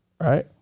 Right